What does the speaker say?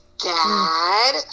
dad